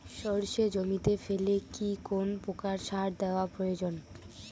সর্ষে জমিতে ফেলে কি কোন প্রকার সার দেওয়া প্রয়োজন?